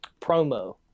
promo